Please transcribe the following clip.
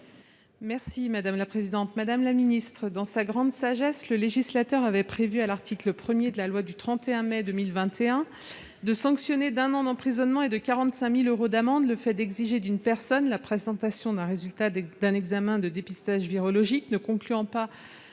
: La parole est à Mme Sylviane Noël. Dans sa grande sagesse, le législateur avait prévu, à l'article 1 de la loi du 31 mai 2021, de sanctionner d'un an d'emprisonnement et de 45 000 euros d'amende le fait d'exiger d'une personne la présentation d'un résultat d'un examen de dépistage virologique ne concluant pas